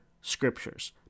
scriptures